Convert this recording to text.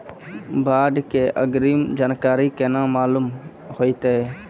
बाढ़ के अग्रिम जानकारी केना मालूम होइतै?